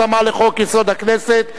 התאמה לחוק-יסוד: הכנסת),